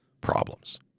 problems